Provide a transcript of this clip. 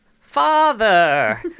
Father